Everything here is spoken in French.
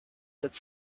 sept